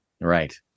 Right